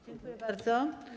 Dziękuję bardzo.